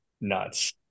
nuts